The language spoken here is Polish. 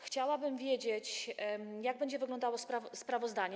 Chciałabym wiedzieć, jak będzie wyglądało sprawozdanie.